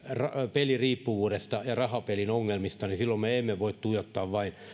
peliriippuvuudesta ja rahapelin ongelmista niin silloin me emme voi tuijottaa vain